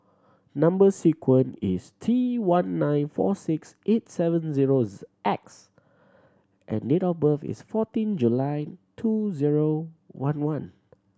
number sequence is T one nine four six eight seven zero X and date of birth is fourteen July two zero one one